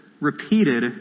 repeated